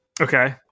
okay